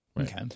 Okay